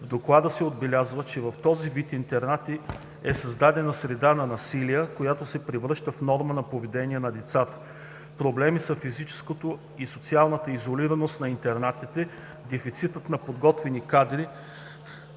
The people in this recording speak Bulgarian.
Доклада се отбелязва, че в този вид интернати е създадена среда на насилие, която се превръща в норма на поведение на децата. Проблеми са физическата и социалната изолираност на интернатите, дефицитът на подготвени кадри,